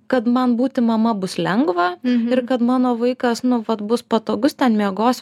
kad man būti mama bus lengva ir kad mano vaikas nu vat bus patogus ten miegos